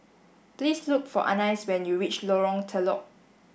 please look for Anice when you reach Lorong Telok